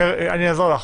קארין, אני אעזור לך.